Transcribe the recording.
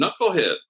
knuckleheads